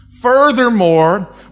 Furthermore